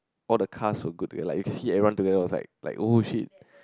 all the cast were good together like you see everyone together was like like oh shit